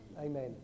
Amen